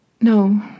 No